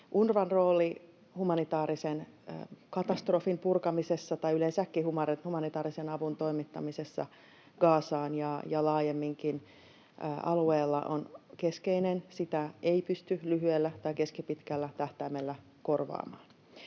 UNRWA:n rooli humanitaarisen katastrofin purkamisessa tai yleensäkin humanitaarisen avun toimittamisessa Gazaan ja laajemminkin alueella on keskeinen. Sitä ei pysty lyhyellä tai keskipitkällä tähtäimellä korvaamaan.